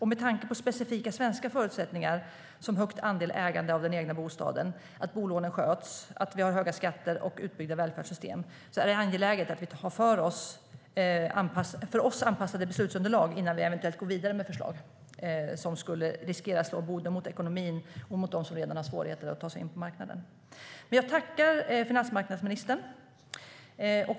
Med tanke på specifika svenska förutsättningar som hög andel ägande av den egna bostaden, att bolånen sköts och att vi har höga skatter och utbyggda välfärdssystem, är det angeläget att vi har beslutsunderlag som är anpassade för oss innan vi eventuellt går vidare med förslag som skulle riskera att slå både mot ekonomin och mot dem som redan har svårigheter att komma in på marknaden. Jag tackar finansmarknadsministern!